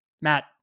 Matt